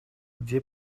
где